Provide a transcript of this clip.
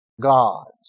gods